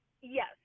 yes